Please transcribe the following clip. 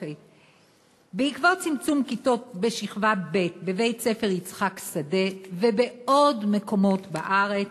בעקבות צמצום כיתות בשכבה ב' בבית-הספר יצחק שדה ובעוד מקומות בארץ,